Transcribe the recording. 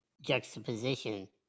juxtaposition